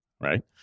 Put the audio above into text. right